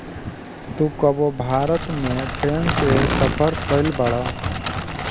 तू कबो भारत में ट्रैन से सफर कयिउल बाड़